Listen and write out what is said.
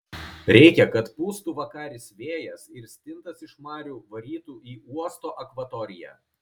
reikia kad pūstų vakaris vėjas ir stintas iš marių varytų į uosto akvatoriją